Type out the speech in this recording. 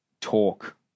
talk